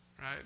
Right